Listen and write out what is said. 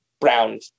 brown